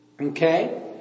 Okay